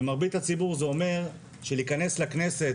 מרבית הציבור זה אומר שלהיכנס לכנסת